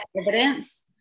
evidence